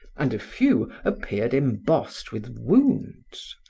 and a few appeared embossed with wounds,